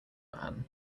man